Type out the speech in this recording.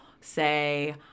say